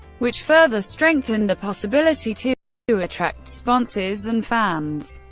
which further strengthened the possibility to to attract sponsors and fans.